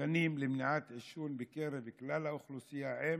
תכנים למניעת עישון בקרב כלל האוכלוסייה עם